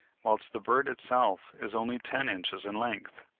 whilst the bird itself is only ten inches in length.